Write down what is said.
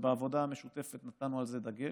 ובעבודה המשותפת נתנו על זה דגש.